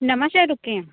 ਨਵਾਂ ਸ਼ਹਿਰ ਰੁਕੇ ਆਂ